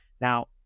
now